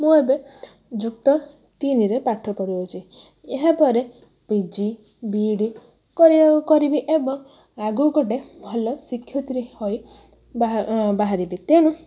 ମୁଁ ଏବେ ଯୁକ୍ତ ତିନିରେ ପାଠ ପଢ଼ୁଅଛି ଏହାପରେ ପି ଜି ବି ଏଡ଼୍ କରିବାକୁ କରିବି ଏବଂ ଆଗକୁ ଗୋଟେ ଭଲ ଶିକ୍ଷୟିତ୍ରୀ ହୋଇ ବାହାରିବି ତେଣୁ